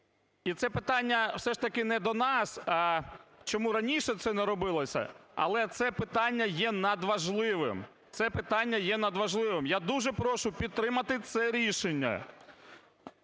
І це питання все ж таки не до нас, а чому раніше це не робилося, але це питання є надважливим. Це питання є надважливим. Я дуже прошу підтримати це рішення.